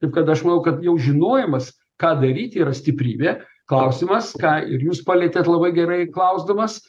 taip kad aš manau kad jau žinojimas ką daryti yra stiprybė klausimas ką ir jūs palietėt labai gerai klausdamas